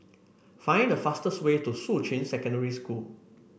find the fastest way to Shuqun Secondary School